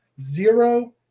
zero